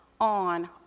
on